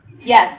yes